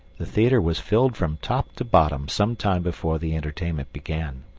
the theatre was filled from top to bottom some time before the entertainment began.